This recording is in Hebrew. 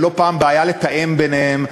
ולא פעם יש בעיה לתאם ביניהם.